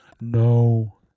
no